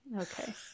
Okay